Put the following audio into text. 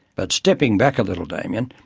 but stepping back a little, damien,